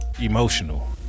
emotional